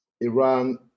Iran